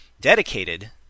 Dedicated